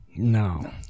No